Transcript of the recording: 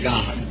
God